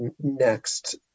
next